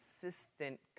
consistent